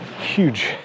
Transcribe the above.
huge